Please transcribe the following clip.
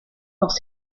dans